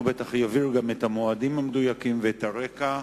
הוא בוודאי יבהיר את המועדים המדויקים ואת הרקע.